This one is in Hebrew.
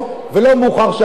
שהחוק הזה יעבור,